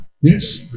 yes